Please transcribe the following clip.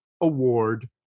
award